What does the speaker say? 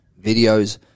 videos